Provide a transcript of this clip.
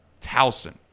Towson